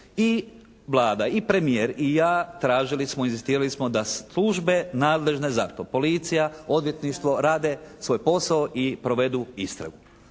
i Vlada i premijer i ja tražili smo, inzistirali smo da službe nadležne za to, policija, odvjetništvo rade svoj posao i provedu istragu.